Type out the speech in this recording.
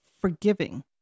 forgiving